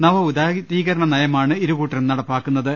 നവ ഉദാരീകരണ നയമാണ് ഇരുകൂട്ടരും നടപ്പാക്കു ന്നത്